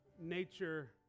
nature